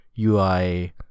UI